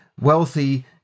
wealthy